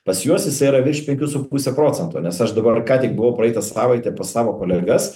pas juos jisai yra virš penkių su puse procento nes aš dabar ką tik buvo praeitą savaitę pas savo kolegas